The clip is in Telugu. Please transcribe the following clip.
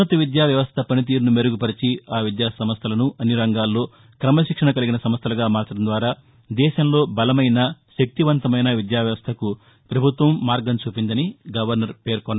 ఉన్నత విద్యా వ్యవస్థ పనితీరును మెరుగుపరిచి ఆ విద్యాసంస్థలను అన్ని రంగాల్లో క్రమశిక్షణ కలిగిన సంస్థలుగా మార్చడం ద్వారా దేశంలో బలమైన శక్తివంతమైన విద్యా వ్యవస్థకు పభుత్వం మార్గం చూపిందని గవర్నర్ పేర్కొన్నారు